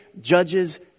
judges